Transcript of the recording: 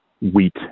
wheat